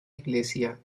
iglesia